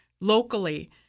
locally